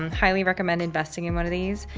um highly recommend investing in one of these.